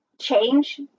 change